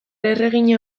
erregina